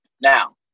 Now